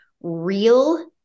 real